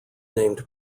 named